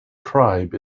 tribe